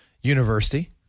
University